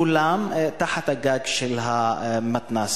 כולם תחת הגג של המתנ"סים,